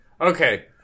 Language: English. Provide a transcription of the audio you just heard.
okay